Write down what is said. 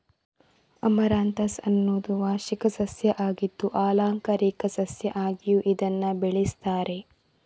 amaranthus ಅನ್ನುದು ವಾರ್ಷಿಕ ಸಸ್ಯ ಆಗಿದ್ದು ಆಲಂಕಾರಿಕ ಸಸ್ಯ ಆಗಿಯೂ ಇದನ್ನ ಬೆಳೆಸ್ತಾರೆ